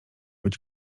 być